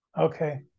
Okay